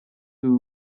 who